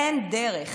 אין דרך.